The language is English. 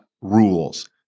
rules